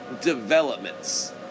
developments